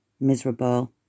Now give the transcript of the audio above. miserable